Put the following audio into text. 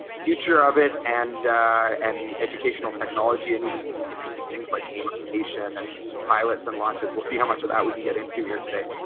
future of it, and and educational technology and even some interesting things like gamification and pilots and launches will see how much of that we can get into here today.